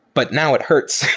but now it hurts.